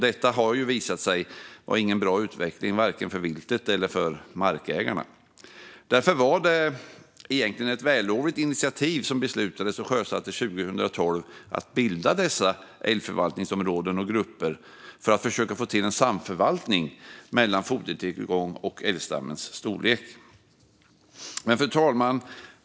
Det har visat sig att detta inte var någon bra utveckling för vare sig viltet eller markägarna. Det var därför egentligen ett vällovligt initiativ som beslutades och sjösattes 2012 då man bildade älgförvaltningsområden och grupper för att försöka få till en samförvaltning mellan fodertillgång och älgstammens storlek. Fru talman!